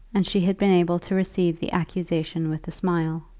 and she had been able to receive the accusation with a smile.